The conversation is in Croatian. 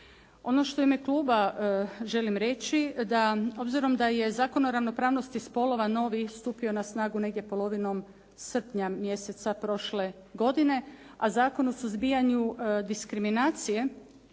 Ono što u ime kluba želim reći da obzirom da je Zakon o ravnopravnosti spolova novi stupio na snagu negdje polovinom srpnja mjeseca prošle godine a Zakon o suzbijanju diskriminacije